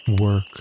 work